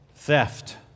Theft